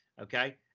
okay